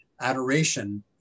adoration